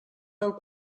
del